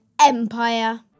Empire